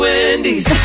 Wendy's